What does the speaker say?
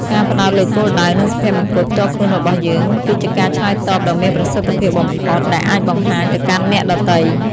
ការផ្តោតលើគោលដៅ និងសុភមង្គលផ្ទាល់ខ្លួនរបស់យើង គឺជាការឆ្លើយតបដ៏មានប្រសិទ្ធភាពបំផុតដែលអាចបង្ហាញទៅកាន់អ្នកដទៃ។